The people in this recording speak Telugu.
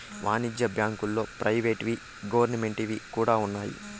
వాణిజ్య బ్యాంకుల్లో ప్రైవేట్ వి గవర్నమెంట్ వి కూడా ఉన్నాయి